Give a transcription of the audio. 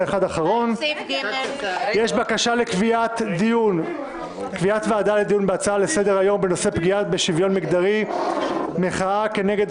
3. הצעה לסדר-היום בנושא: "פגיעה בשוויון מגדרי - מחאה כנגד